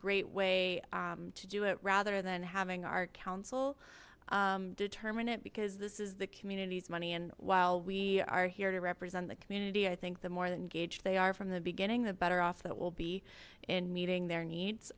great way to do it rather than having our council determine it because this is the community's money and while we are here to represent the community i think the more than engage they are from the beginning the better off that will be in meeting their needs